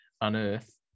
unearth